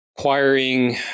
acquiring